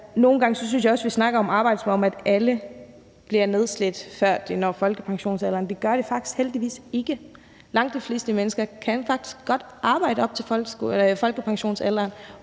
om det at arbejde, som om alle bliver nedslidte, før de når folkepensionsalderen. Det gør de faktisk heldigvis ikke; langt de fleste mennesker kan faktisk godt arbejde frem til folkepension og endnu